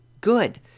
good